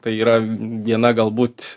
tai yra viena galbūt